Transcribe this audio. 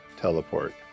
teleport